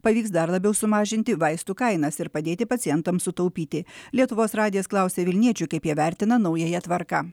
pavyks dar labiau sumažinti vaistų kainas ir padėti pacientams sutaupyti lietuvos radijas klausė vilniečių kaip jie vertina naująją tvarką